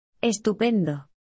¡Estupendo